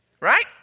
right